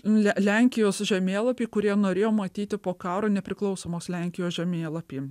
le lenkijos žemėlapį kurie norėjo matyti po karo nepriklausomos lenkijos žemėlapį